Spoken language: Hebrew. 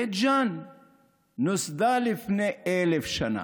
בית ג'ן נוסדה לפני 1,000 שנה.